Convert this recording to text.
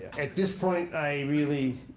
at this point, i really,